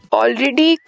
already